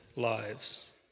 Lives